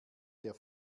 der